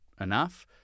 enough